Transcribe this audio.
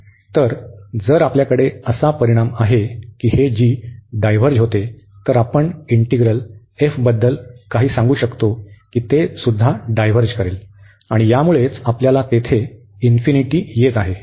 तर जर आपल्याकडे असा परिणाम आहे की हे g डायव्हर्ज होते तर आपण इंटीग्रल बद्दल काही सांगू शकतो की ते सुद्धा डायव्हर्ज करेल आणि यामुळेच आपल्याला तेथे इन्फिनिटी येत आहे